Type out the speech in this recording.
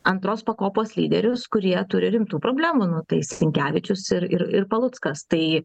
antros pakopos lyderius kurie turi rimtų problemų nu tai sinkevičius ir ir paluckas tai